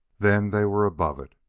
then they were above it,